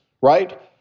right